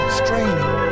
straining